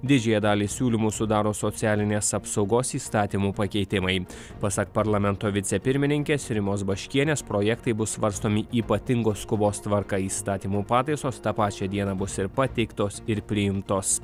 didžiąją dalį siūlymų sudaro socialinės apsaugos įstatymų pakeitimai pasak parlamento vicepirmininkės rimos baškienės projektai bus svarstomi ypatingos skubos tvarka įstatymų pataisos tą pačią dieną bus ir pateiktos ir priimtos